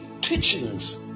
teachings